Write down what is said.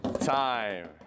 time